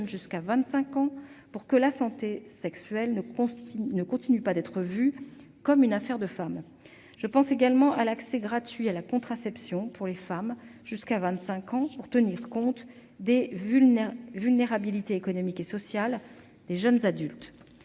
jusqu'à 25 ans, pour que la santé sexuelle cesse d'être vue comme une affaire de femmes. Je pense également à l'accès gratuit à la contraception pour les femmes jusqu'à 25 ans, pour tenir compte des vulnérabilités économiques et sociales des jeunes adultes.